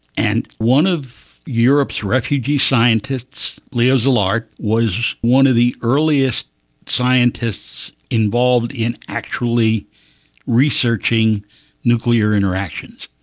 and one of europe's refugee scientists, leo szilard, was one of the earliest scientists involved in actually researching nuclear interactions.